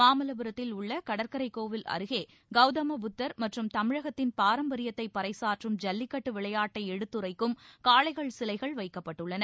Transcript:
மாமல்லபுரத்தில் உள்ள கடற்கரைக் கோவில் அருகே கௌதம புத்தர் மற்றும் தமிழகத்தின் பாரம்பரியத்தை பறைசாற்றும் ஜல்லிக்கட்டு விளையாட்டை எடுத்துரைக்கும் காளைகள் சிலைகள் வைக்கப்பட்டுள்ளன